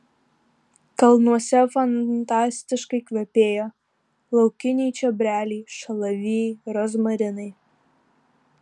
kalnuose fantastiškai kvepėjo laukiniai čiobreliai šalavijai rozmarinai